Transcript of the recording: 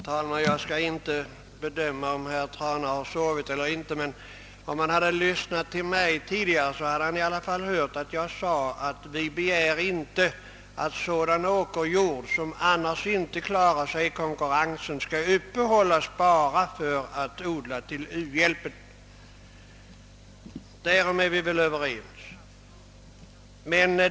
Herr talman! Jag skall inte bedöma: om herr Trana har sovit eller inte. Men. om herr Trana hade lyssnat till vad jag tidigare sade skulle han i alla fall ha hört att jag framhöll att vi inte begär att sådan åkerjord, som inte klarar sig i konkurrensen, skall vidmakthållas bara för att vi där skall odla för u-hjälpen: Därom är vi väl överens.